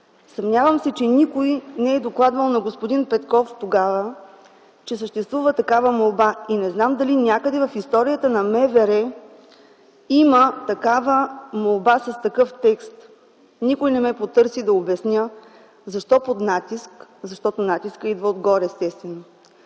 Съмнявам се, че никой не е докладвал на господин Петков тогава, че съществува такава молба и не знам дали някъде в историята на МВР има молба с такъв текст. Никой не ме потърси да обясня защо под натиск, защото натискът идва отгоре естествено.